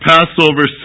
Passover